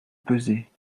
pesé